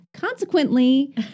Consequently